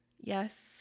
yes